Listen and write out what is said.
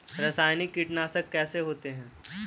रासायनिक कीटनाशक कैसे होते हैं?